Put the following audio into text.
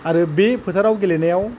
आरो बे फोथाराव गेलेनायाव